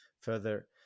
further